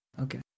Okay